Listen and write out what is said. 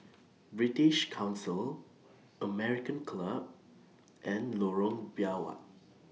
British Council American Club and Lorong Biawak